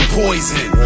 poison